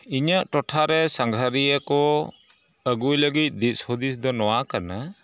ᱤᱧᱟᱹᱜ ᱴᱚᱴᱷᱟᱨᱮ ᱥᱟᱸᱜᱷᱟᱨᱤᱭᱟᱹ ᱠᱚ ᱟᱹᱜᱩᱭ ᱞᱟᱹᱜᱤᱫ ᱫᱤᱥᱦᱩᱫᱤᱥ ᱫᱚ ᱱᱚᱣᱟ ᱠᱟᱱᱟ